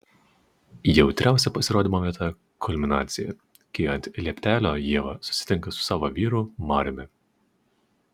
jautriausia pasirodymo vieta kulminacija kai ant lieptelio ieva susitinka su savo vyru mariumi